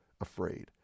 afraid